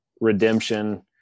redemption